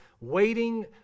waiting